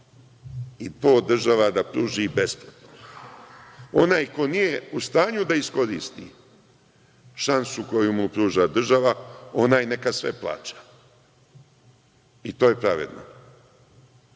To država da pruži besplatno. Onaj koji nije u stanju da iskoristi šansu koju mu pruža država taj neka plaća sve. To je pravedno.